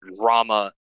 drama